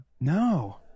No